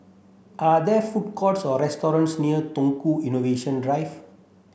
are there food courts or restaurants near Tukang Innovation Drive